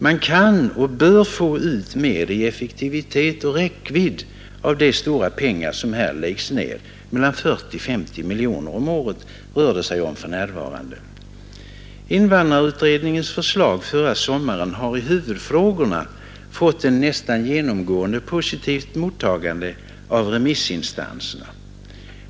Man kan och bör få ut mer i effektivitet och räckvidd av de stora pengar som här läggs ned. Mellan 40 och 50 miljoner kronor om året rör det sig om för närvarande. Invandrarutredningens förslag förra sommaren har i huvudfrågorna fått ett nästan genomgående positivt mottagande av remissinstanserna.